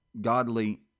godly